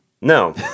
No